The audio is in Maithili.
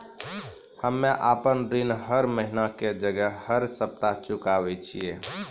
हम्मे आपन ऋण हर महीना के जगह हर सप्ताह चुकाबै छिये